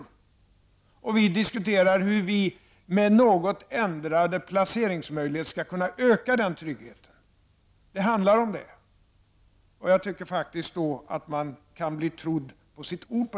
Vi socialdemokrater diskuterar hur vi med något ändrade placeringsmöjligheter skall kunna öka denna trygghet. Det är vad det handlar om, och jag tycker nog att man på den punkten kan bli trodd på sitt ord.